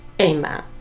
amen